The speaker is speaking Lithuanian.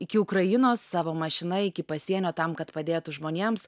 iki ukrainos savo mašina iki pasienio tam kad padėtų žmonėms